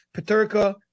Paterka